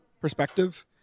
perspective